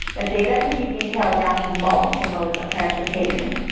the data can be detailed down to multiple modes of transportation.